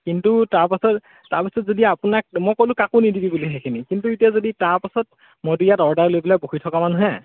কিন্তু তাৰপাছত তাৰপাছত যদি আপোনাক মই ক'লো কাকো নিদিবি বুলি সেইখিনি কিন্তু এতিয়া যদি তাৰপাছত মইতো ইয়াত অৰ্ডাৰ লৈ পেলাই বহি থকা মানুহহে